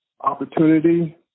opportunity